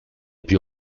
più